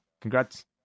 congrats